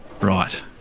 right